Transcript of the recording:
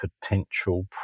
potential